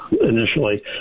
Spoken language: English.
initially